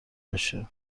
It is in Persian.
بشه